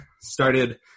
started